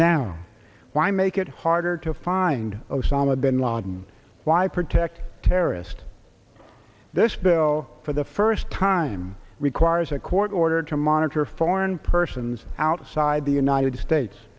now why make it harder to find osama bin laden why protect terrorist this bill for the first time requires a court order to monitor foreign persons outside the united states